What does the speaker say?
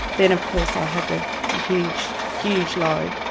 then of course i had the huge, huge low.